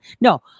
No